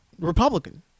Republican